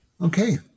Okay